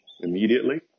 immediately